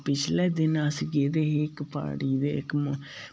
पिछले दिन अस गेदे हे इक प्हाड़ी दे इक